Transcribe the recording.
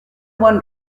buen